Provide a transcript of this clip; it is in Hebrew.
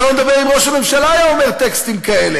שלא לדבר אם ראש הממשלה היה אומר טקסטים כאלה.